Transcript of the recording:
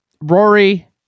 Rory